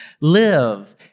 Live